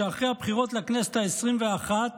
שאחרי הבחירות לכנסת העשרים-ואחת